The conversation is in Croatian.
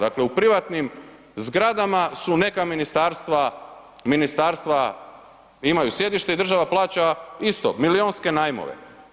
Dakle u privatnim zgradama su neka ministarstva, ministarstva imaju sjedište i država plaća isto milijunske najmove.